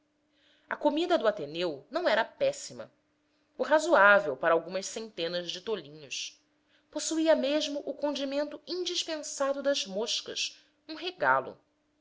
a comida do ateneu não era péssima o razoável para algumas centenas de tolinhos possuía mesmo o condimento indispensado das moscas um regalo